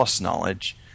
knowledge